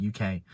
UK